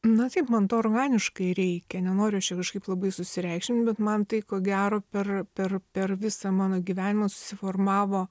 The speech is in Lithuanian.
na taip man to organiškai reikia nenoriu aš čia kažkaip labai susireikšmint bet man tai ko gero per per per visą mano gyvenimą susiformavo